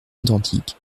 identiques